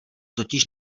totiž